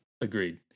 agreed